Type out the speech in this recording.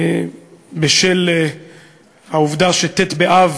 בשל העובדה שט' באב